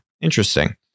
Interesting